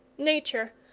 nature,